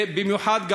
ובמיוחד,